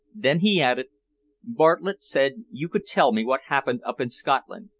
then he added bartlett said you could tell me what happened up in scotland,